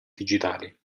digitali